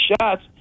shots